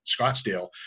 Scottsdale